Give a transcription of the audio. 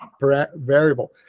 variable